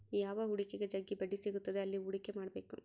ಯಾವ ಹೂಡಿಕೆಗ ಜಗ್ಗಿ ಬಡ್ಡಿ ಸಿಗುತ್ತದೆ ಅಲ್ಲಿ ಹೂಡಿಕೆ ಮಾಡ್ಬೇಕು